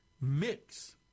mix